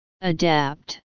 Adapt